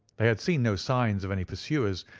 they had seen no signs of any pursuers,